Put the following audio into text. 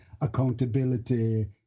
accountability